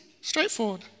straightforward